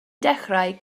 dechrau